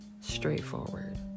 straightforward